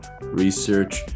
research